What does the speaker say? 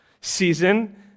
season